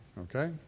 okay